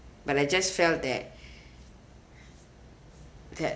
but I just felt that that